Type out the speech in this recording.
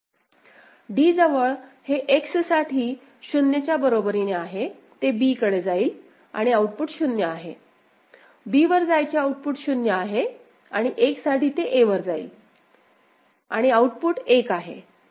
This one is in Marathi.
d जवळ हे X साठी 0 च्या बरोबरीने आहे ते b कडे जाईल आणि आउटपुट 0 आहे b वर जायचे आउटपुट 0 आहे आणि 1 साठी ते a वर जाईल आणि आउटपुट 1 आहे